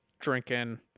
Drinking